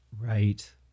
Right